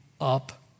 up